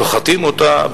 שוחטים אותה,